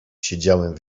siedziałem